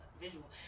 visual